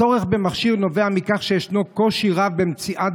הצורך במכשיר נובע מכך שיש קושי רב במציאת